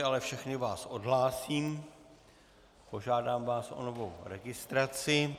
Ale všechny vás odhlásím, požádám vás o novou registraci.